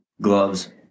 gloves